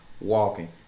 walking